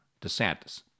DeSantis